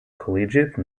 collegiate